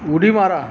उडी मारा